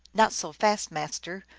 not so fast, master,